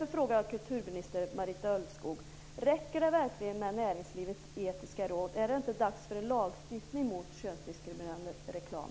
Räcker det verkligen med Näringslivets etiska råd? Är det inte dags för en lagstiftning mot könsdiskriminerande reklam?